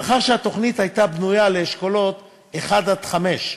מאחר שהתוכנית הייתה בנויה לאשכולות 1 5,